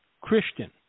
Christian